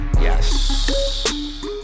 yes